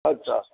अच्छा